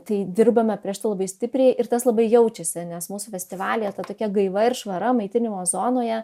tai dirbame prieš tai labai stipriai ir tas labai jaučiasi nes mūsų festivalyje ta tokia gaiva ir švara maitinimo zonoje